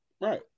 Right